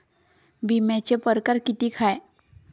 बिम्याचे परकार कितीक हाय?